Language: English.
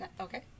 Okay